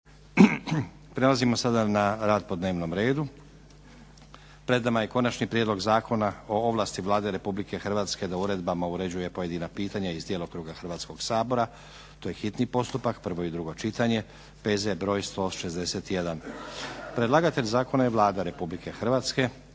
Prelazimo sada na rad po dnevnom redu. Pred nama je - Konačni prijedlog Zakona o ovlasti Vlade Republike Hrvatske da uredbama uređuje pojedina pitanja iz djelokruga Hrvatskoga sabora, hitni postupak, prvo i drugo čitanje, P.Z. br. 161 Predlagatelj zakona je Vlada Republike Hrvatske.